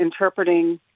interpreting